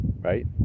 Right